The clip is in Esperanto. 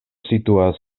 situas